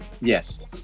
Yes